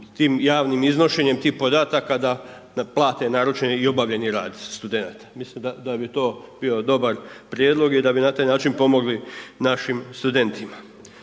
tim javnim iznošenjem tih podataka da plate naručeni i obavljeni rad studenata? Mislim da bi to bio dobar prijedlog i da bi na taj način pomogli našim studentima.